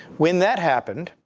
when that happened,